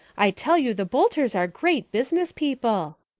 i tell you the boulters are great business people.